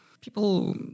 people